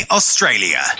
Australia